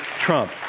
Trump